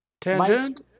Tangent